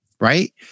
Right